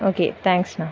okay தேங்கஸ்ண்ணா